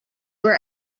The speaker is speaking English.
were